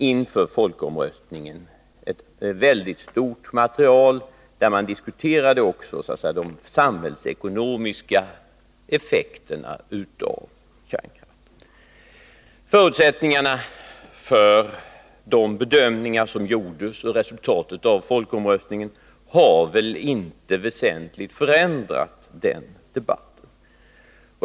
Inför folkomröstningen redovisades ju ett mycket stort material, där också de samhällsekonomiska effekterna av kärnkraften diskuterades. Förutsättningarna för de bedömningar som då gjordes och resultatet av folkomröstningen har väl inte väsentligt förändrat debatten.